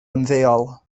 ymddeol